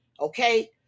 Okay